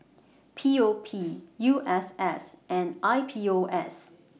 P O P U S S and I P O S